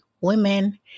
women